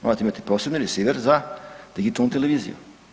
Morate imati posebni resiver za digitalnu televiziju.